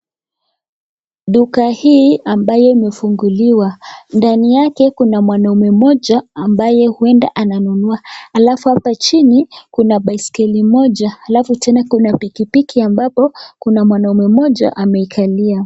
Duka hii ambayo imefunguliwa, ndani yake kuna mwanaume mmoja ambaye huenda ananunua alafu hapa chini kuna baiskeli moja alafu tena kuna pikipiki ambapo kuna mwanaume mmoja ameikalia.